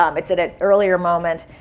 um it's at an earlier moment.